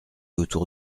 autour